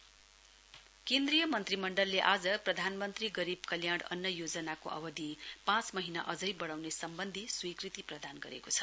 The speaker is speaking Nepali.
पिएम जीकेएवाई केन्द्रीय मन्त्रीमण्डलले आज प्रधानमन्त्री गरीब कल्याण अन्न योजना अवधि पाँच महीना अझै बढ़ाउने सम्बन्धी स्वीकृति प्रधान गरेको छ